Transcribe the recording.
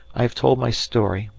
i have told my story,